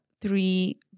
three